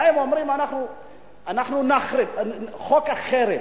באים אומרים: אנחנו נחרים, חוק החרם.